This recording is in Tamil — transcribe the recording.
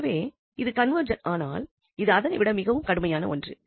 எனவே இது கன்வெர்ஜ் ஆனால் இது அதனை விட மிகவும் கடுமையான ஒன்று